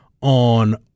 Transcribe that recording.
on